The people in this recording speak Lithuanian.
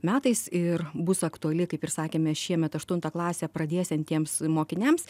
metais ir bus aktuali kaip ir sakėme šiemet aštuntą klasę pradėsiantiems mokiniams